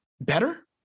better